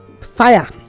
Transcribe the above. Fire